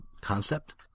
concept